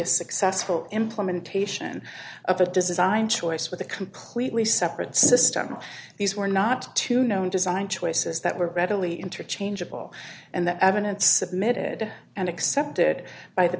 a successful implementation of a design choice with a completely separate system these were not to known design choices that were readily interchangeable and the evidence method and accepted by the